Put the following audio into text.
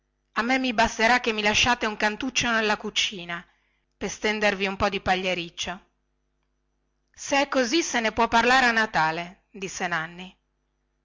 a me mi basterà che mi lasciate un cantuccio nella cucina per stendervi un po di pagliericcio se è così se ne può parlare a natale disse nanni